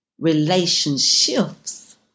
Relationships